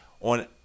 on